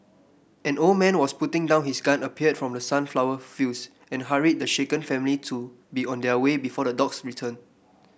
an old man was putting down his gun appeared from the sunflower fields and hurried the shaken family to be on their way before the dogs return